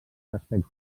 respecte